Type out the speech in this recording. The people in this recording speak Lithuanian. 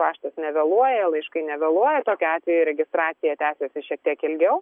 paštas nevėluoja laiškai nevėluoja tokiu atveju registracija tęsiasi šiek tiek ilgiau